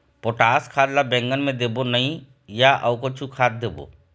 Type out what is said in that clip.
Potash खाद ला बैंगन मे देबो नई या अऊ कुछू खाद देबो?